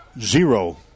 zero